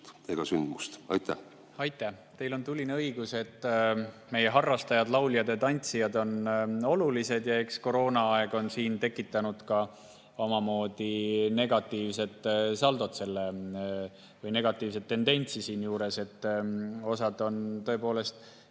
ega sündmust. Aitäh! Teil on tuline õigus, et meie harrastajad, lauljad-tantsijad, on olulised. Aga eks koroonaaeg on siin tekitanud ka omamoodi negatiivse saldo või negatiivse tendentsi. Osa on tõepoolest